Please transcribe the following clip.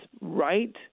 right